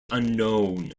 unknown